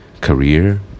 career